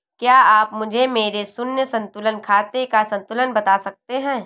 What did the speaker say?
क्या आप मुझे मेरे शून्य संतुलन खाते का संतुलन बता सकते हैं?